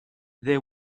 they